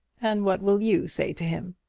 and what will you say to him?